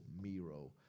Miro